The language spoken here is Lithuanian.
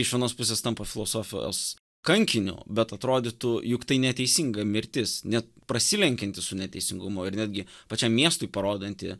iš vienos pusės tampa filosofijos kankiniu bet atrodytų juk tai neteisinga mirtis ne prasilenkianti su neteisingumu ir netgi pačiam miestui parodanti